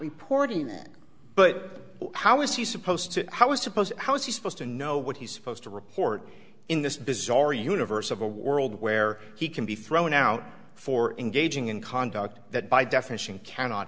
reporting but how is he supposed to how is suppose how is he supposed to know what he's supposed to report in this bizarre universe of a world where he can be thrown out for engaging in conduct that by definition cannot